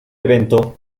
evento